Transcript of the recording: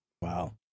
Wow